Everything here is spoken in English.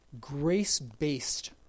grace-based